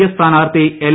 S സ്ഥാനാർത്ഥി L